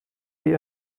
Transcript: die